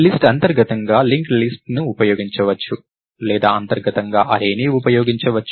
list అంతర్గతంగా link list ను ఉపయోగించవచ్చు లేదా అంతర్గతంగా అర్రేని ఉపయోగించవచ్చు